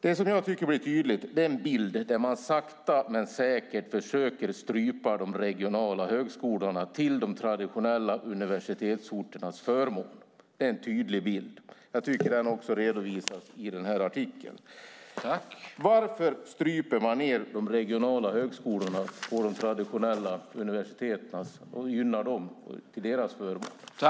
Det som jag tycker blir en tydlig bild är att man sakta men säkert försöker strypa de regionala högskolorna till de traditionella universitetsorternas förmån. Det är en tydlig bild. Jag tycker att den också redovisas i den här artikeln. Varför stryper man de regionala högskolorna till de traditionella universitetens förmån?